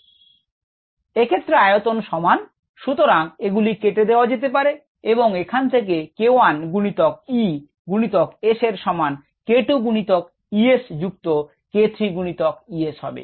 𝒌𝟏 𝑬 𝑺 𝑽 𝒌𝟐 𝑬𝑺 𝑽 𝒌𝟑 𝑬𝑺 𝑽 এক্ষেত্রে আয়তন সমান সুতরাং এগুলি কেটে দেওয়া যেতে পারে এবং এখান থেকে k1গুণিতক E গুণিতক S এর সমান k2 গুনিতক E S যুক্ত k3 গুণিতক E S হবে